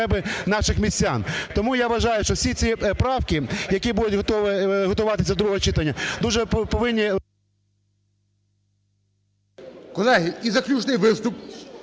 Колеги, і заключний виступ